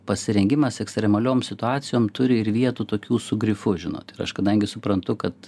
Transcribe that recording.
pasirengimas ekstremaliom situacijom turi ir vietų tokių su grifu žinot ir aš kadangi suprantu kad